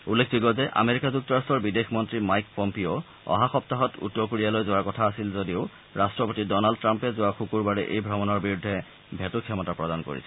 উল্লেখযোগ্য যে আমেৰিকা যুক্তৰাট্টৰ বিদেশ মন্ত্ৰী মাইক পম্পিঅ' অহা সপ্তাহত উত্তৰ কোৰিয়ালৈ যোৱাৰ কথা আছিল যদিও ৰাট্টপতি ড'নাল্ড ট্ৰাম্পে যোৱা শুকুৰবাৰে এই ভ্ৰমণৰ বিৰুদ্ধে ভেটো ক্ষমতা প্ৰদান কৰিছিল